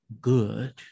good